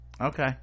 okay